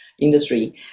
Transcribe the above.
industry